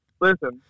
Listen